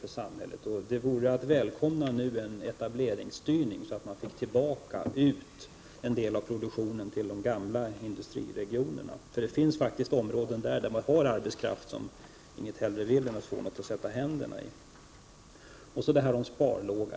En etableringsstyrning vore att välkomna, så att man fick tillbaka en del av produktionen till de gamla industriregionerna. Det finns områden där man har arbetskraft som inget hellre vill än sätta händerna i arbete. Sedan detta med sparlåga.